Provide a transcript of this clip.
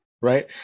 right